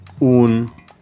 Un